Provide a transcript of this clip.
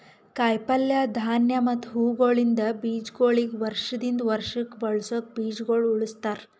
ಕಾಯಿ ಪಲ್ಯ, ಧಾನ್ಯ ಮತ್ತ ಹೂವುಗೊಳಿಂದ್ ಬೀಜಗೊಳಿಗ್ ವರ್ಷ ದಿಂದ್ ವರ್ಷಕ್ ಬಳಸುಕ್ ಬೀಜಗೊಳ್ ಉಳುಸ್ತಾರ್